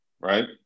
right